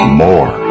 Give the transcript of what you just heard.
more